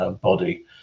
body